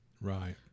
Right